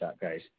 guys